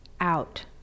out